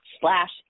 slash